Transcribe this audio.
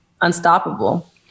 unstoppable